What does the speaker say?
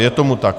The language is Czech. Je tomu tak.